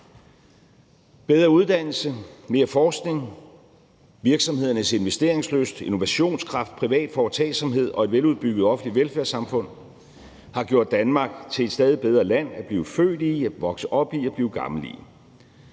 bedre uddannelse, mere forskning, virksomhedernes investeringslyst, innovationskraft, privat foretagsomhed og et veludbygget offentligt velfærdssamfund, som har gjort Danmark til et stadig bedre land at blive født i, vokse op i og blive gammel i.